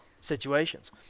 situations